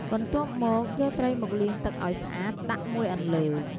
បន្ទាប់មក យកត្រីមកលាងទឹកឲ្យស្អាតដាក់មួយអន្លើ។